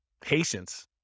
Patience